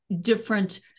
different